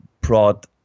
brought